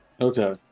okay